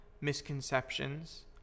misconceptions